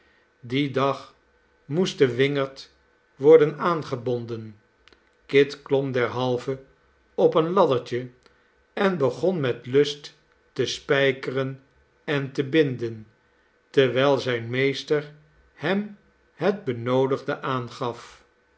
dien dag moest de wingerd worden aangebonden kit klom derhalve op een laddertje en begon met lust te spijkeren en te binden terwiji zijn meester hem het benoodigde aangaf